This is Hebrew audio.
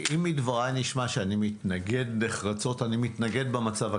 אם מדבריי נשמע שאני מתנגד נחרצות אני מתנגד במצב הקיים.